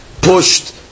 Pushed